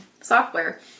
software